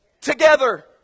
together